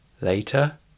Later